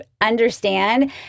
understand